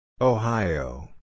Ohio